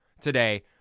today